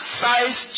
size